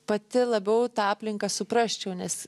pati labiau aplinką suprasčiau nes